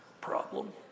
problem